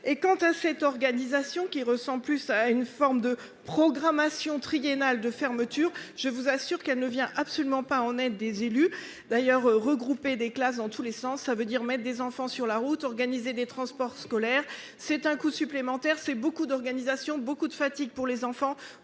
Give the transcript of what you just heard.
quant à cette organisation qui ressent plus à une forme de programmation triennale de fermeture. Je vous assure qu'elle ne vient absolument pas en aide des élus d'ailleurs regroupé des classes dans tous les sens, ça veut dire maître des enfants sur la route, organiser des transports scolaires. C'est un coût supplémentaire c'est beaucoup d'organisation beaucoup de fatigue pour les enfants,